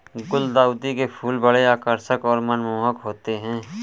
गुलदाउदी के फूल बड़े आकर्षक और मनमोहक होते हैं